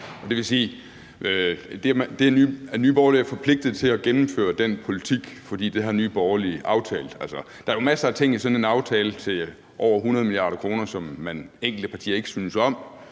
det vil sige, at Nye Borgerlige er forpligtet til at gennemføre den politik, for det har Nye Borgerlige indgået aftale om. Der er jo masser af ting i sådan en aftale til over 100 mia. kr., som enkelte partier ikke synes om,